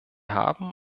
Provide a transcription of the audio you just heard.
haben